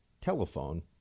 telephone